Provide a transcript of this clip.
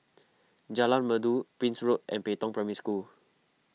Jalan Merdu Prince Road and Pei Tong Primary School